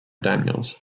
daniels